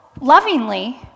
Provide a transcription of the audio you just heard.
lovingly